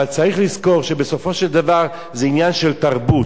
אבל צריך לזכור שבסופו של דבר זה עניין של תרבות.